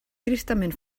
tristament